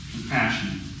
compassion